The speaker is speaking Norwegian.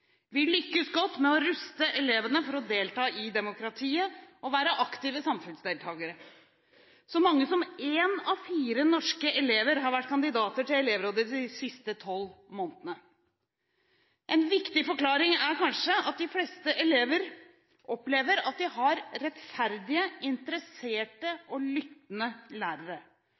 Vi lykkes godt med å ruste elevene til å delta i demokratiet og være aktive samfunnsdeltakere. Så mange som én av fire norske elever har vært kandidater til elevrådet de siste tolv månedene. En viktig forklaring er kanskje at de fleste elever opplever at de har rettferdige, interesserte og lyttende lærere,